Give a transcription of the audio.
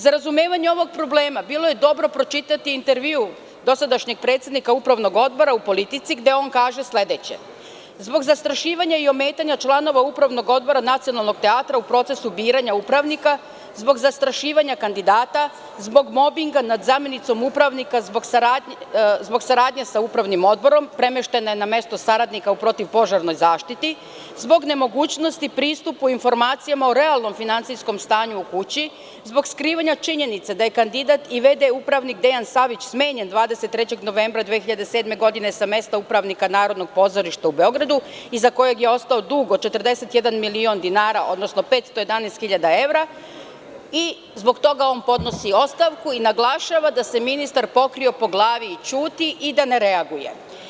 Za razumevanje ovog problema bilo je dobro pročitati intervju dosadašnjeg predsednika Upravnog odbora u „Politici“ gde on kaže sledeće – zbog zastrašivanja i ometanja članova Upravnog odbora Nacionalnog teatra u procesu biranja upravnika, zbor zastrašivanja kandidata, zbog mobinga nad zamenicom upravnika, zbog saradnje sa Upravnim odborom premeštena je na mesto saradnika u protivpožarnoj zaštiti, zbog nemogućnosti pristupu informacijama o realno finansijskom stanju u kući, zbog skrivanja činjenice da je kandidat i vd upravnik Dejan Savić smenjen 23. novembara 2007. godine sa mesta upravnika Narodnog pozorišta u Beogradu i za kojeg je ostao dug od 41 miliona dinara, odnosno 511 hiljada evra, zbog toga on podnosi ostavku i naglašava da se ministar pokrio po glavi, ćuti i da ne reaguje.